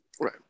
Right